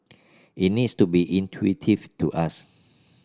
it needs to be intuitive to us